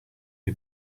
you